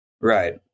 Right